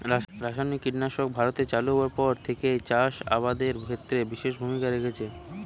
রাসায়নিক কীটনাশক ভারতে চালু হওয়ার পর থেকেই চাষ আবাদের ক্ষেত্রে বিশেষ ভূমিকা রেখেছে